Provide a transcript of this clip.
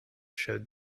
showed